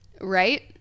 Right